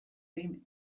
behin